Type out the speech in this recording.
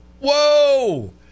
Whoa